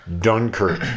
Dunkirk